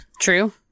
True